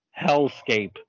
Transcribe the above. hellscape